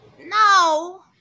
no